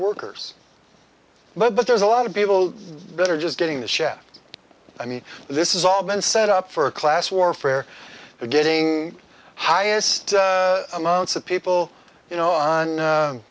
workers but but there's a lot of people that are just getting the shaft i mean this is all been set up for a class warfare getting highest amounts of people you know on